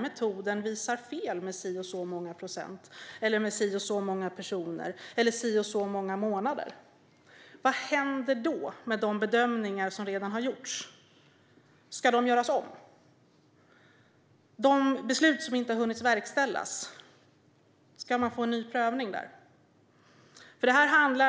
metoden visar fel med si eller så många procent, med si eller så många personer eller med si eller så många månader? Vad händer då med de bedömningar som redan har gjorts? Ska de göras om? Ska man få en ny prövning av de beslut som inte har hunnit verkställas? Det här handlar mycket riktigt om rättssäkerhet.